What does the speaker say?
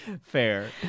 Fair